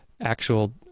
actual